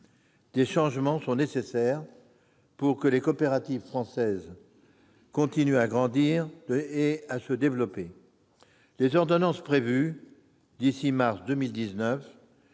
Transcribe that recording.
Des changements sont nécessaires pour que les coopératives françaises continuent à grandir et à se développer. Les ordonnances prévues d'ici au mois